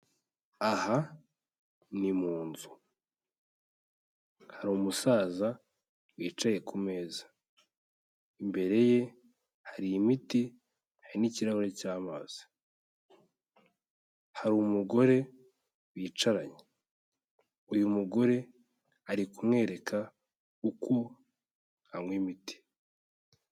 Aha ni mu nzu. Hari umusaza wicaye ku meza. Imbere ye, hari imiti, hari n'ikirahure cy'amazi. Hari umugore bicaranye. Uyu mugore, ari kumwereka uko anywa imiti.